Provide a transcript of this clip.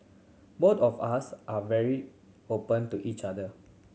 both of us are very open to each other